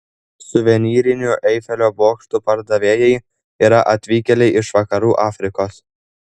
suvenyrinių eifelio bokštų pardavėjai yra atvykėliai iš vakarų afrikos